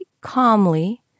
calmly